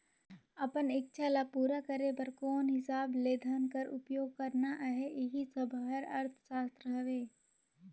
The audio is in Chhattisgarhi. अपन इक्छा ल पूरा करे बर कोन हिसाब ले धन कर उपयोग करना अहे एही सब हर अर्थसास्त्र हवे